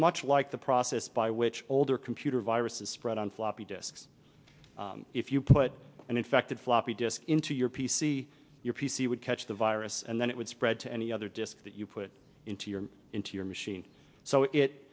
much like the process by which older computer viruses spread on floppy disks if you put an infected floppy disk into your p c your p c would catch the virus and then it would spread to any other disk that you put into your into your machine so it